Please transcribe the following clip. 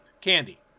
Candy